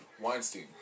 Weinstein